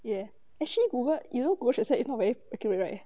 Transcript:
!yay! actually google you know google translate is not very accurate right